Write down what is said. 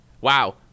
wow